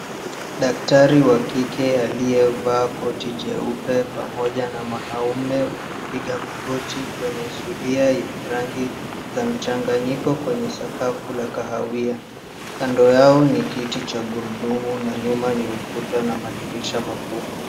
Daktari wa kike aliyevaa koti nyeupe pamoja na mwanaume wamepiga magoti kwenye zulia yenye rangi za mchanganyiko kwenye sakafu la kahawia, kando yao ni kiti cha magurudumu na nyuma ni ukuta na madirisha makubwa.